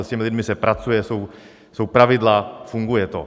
S těmi lidmi se pracuje, jsou pravidla, funguje to.